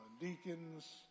deacons